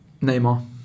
Neymar